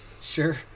Sure